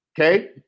Okay